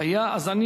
הוא היה?